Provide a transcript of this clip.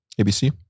ABC